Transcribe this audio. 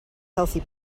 healthy